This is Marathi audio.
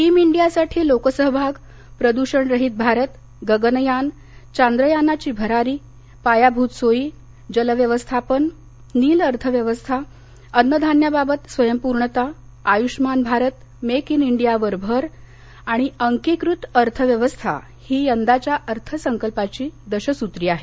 टीम इंडियासाठी लोकसहभाग प्रदूषणरहित भारत गगनयान चांद्रयानाची भरारी पायाभूत सोयी जलव्यवस्थापन नील अर्थव्यवस्था अन्न धान्याबाबत स्वयंपूर्णता आयुष्यमान भारत मेक इन इंडियावर भर आणि अंकीकृत अर्थ व्यवस्था ही यंदाच्या अर्थसंकल्पाची दशसुत्री आहे